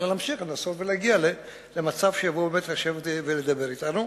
אלא להמשיך לנסות ולהגיע למצב שיבואו לשבת ולדבר אתנו.